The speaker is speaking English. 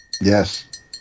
Yes